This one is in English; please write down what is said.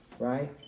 right